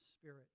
spirit